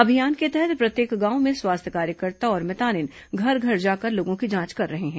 अभियान के तहत प्रत्येक गांव में स्वास्थ्य कार्यकर्ता और मितानिन घर घर जाकर लोगों की जांच कर रहे हैं